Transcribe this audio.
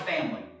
family